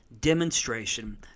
demonstration